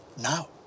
now